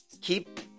Keep